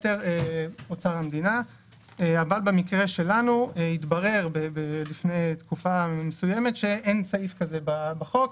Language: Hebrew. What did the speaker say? אבל במקרה שלנו התברר לפני תקופה מסוימת שאין סעיף כזה בחוק.